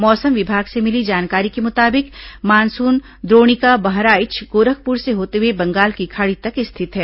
मौसम विभाग से मिली जानकारी के मुताबिक मानसून द्रोणिका बहराईच गोरखपुर से होते हुए बंगाल की खाड़ी तक स्थित है